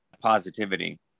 positivity